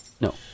no